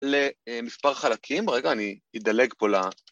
למספר חלקים, רגע, אני אדלג פה ל...